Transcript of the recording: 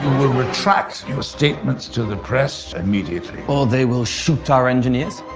will retract your statements to the press immediately. or they will shoot our engineers?